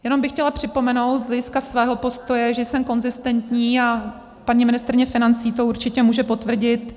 Jenom bych chtěla připomenout z hlediska svého postoje, že jsem konzistentní, a paní ministryně financí to určitě může potvrdit.